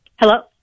Hello